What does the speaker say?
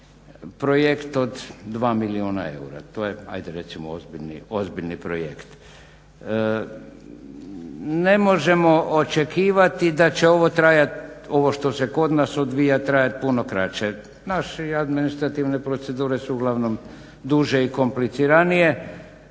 Projekt od 2 milijuna eura. To je ajde recimo ozbiljni projekt. Ne možemo očekivati da će ovo trajati, ovo što se kod nas odvija, trajati puno kraće. Naše administrativne procedure su uglavnom duže i kompliciranije